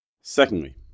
Secondly